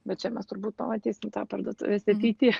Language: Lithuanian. bet čia mes turbūt pamatysim tą parduotuvėse ateity